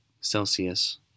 Celsius